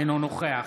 אינו נוכח